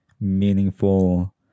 meaningful